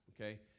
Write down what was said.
okay